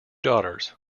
daughters